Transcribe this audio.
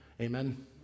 Amen